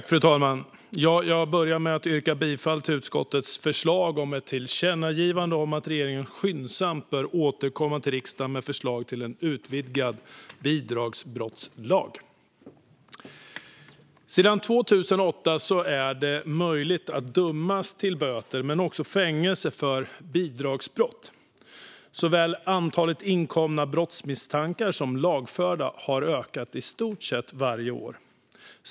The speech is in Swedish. Fru talman! Jag börjar med att yrka bifall till utskottets förslag om ett tillkännagivande om att regeringen skyndsamt bör återkomma till riksdagen med förslag till en utvidgad bidragsbrottslag. Sedan 2008 är det möjligt att dömas till böter men också fängelse för bidragsbrott. Såväl antalet inkomna brottsmisstankar som lagförda har ökat i stort sett varje år.